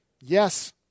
Yes